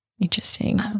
Interesting